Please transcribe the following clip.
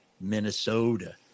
Minnesota